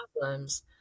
problems